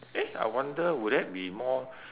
eh I wonder would that be more